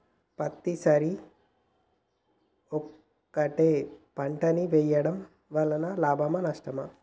పత్తి సరి ఒకటే పంట ని వేయడం వలన లాభమా నష్టమా?